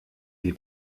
die